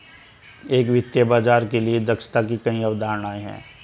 एक वित्तीय बाजार के लिए दक्षता की कई अवधारणाएं हैं